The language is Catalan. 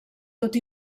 tot